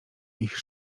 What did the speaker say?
ich